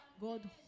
God